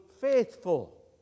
faithful